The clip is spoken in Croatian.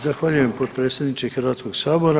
Zahvaljujem, potpredsjedniče Hrvatskog sabora.